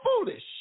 foolish